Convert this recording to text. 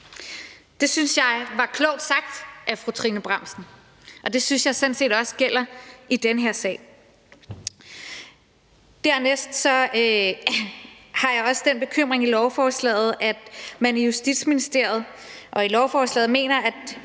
Det synes jeg var klogt sagt af fru Trine Bramsen, og det synes jeg sådan set også gælder i den her sag. Dernæst har jeg også den bekymring i forhold til lovforslaget, at man i Justitsministeriet og i lovforslaget mener, at